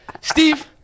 Steve